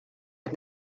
qed